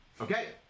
Okay